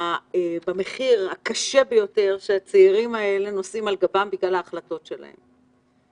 במחיר הקשה ביותר שהצעירים האלה נושאים על גבם בגלל ההחלטות שלהם.